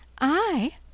I